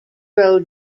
grow